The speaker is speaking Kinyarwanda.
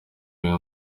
film